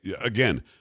again